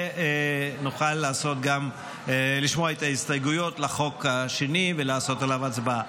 ונוכל גם לשמוע את ההסתייגויות לחוק השני ולעשות עליו הצבעה.